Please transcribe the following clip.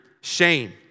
shame